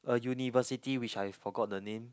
a university which I forgot the name